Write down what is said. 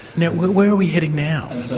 now where are we heading now?